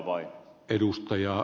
arvoisa puhemies